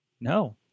No